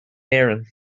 éirinn